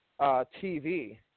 TV